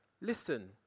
listen